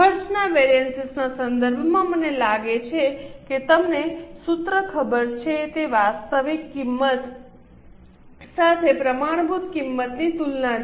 ખર્ચના વેરિએન્સ ના સંદર્ભમાં મને લાગે છે કે તમને સૂત્ર ખબર છે તે વાસ્તવિક કિંમત સાથે પ્રમાણભૂત કિંમતની તુલના છે